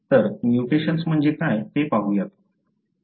तर म्युटेशन्स म्हणजे काय ते पाहुयात